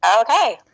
Okay